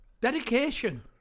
dedication